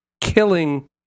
killing